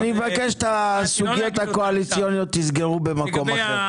אני מבקש שאת הסוגיות הקואליציוניות תסגרו במקום אחר.